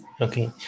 okay